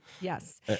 Yes